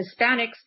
Hispanics